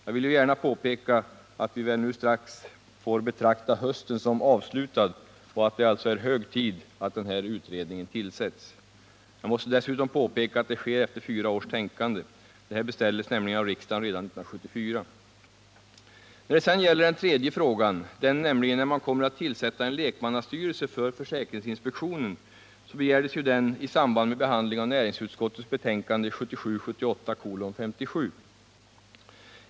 Jag vill gärna påpeka att vi väl nu snart får betrakta hösten som avslutad och att det alltså är hög tid att den här utredningen tillsätts. Jag måste dessutom påpeka att det sker efter fyra års tänkande. Det här beställdes nämligen av riksdagen redan 1974. När det gäller den tredje frågan, nämligen frågan om när man kommer att tillsätta en lekmannastyrelse för försäkringsinspektionen, begärdes ju att den skulle behandlas i samband med behandlingen av näringsutskottets betänkande 1977/78:57.